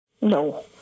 No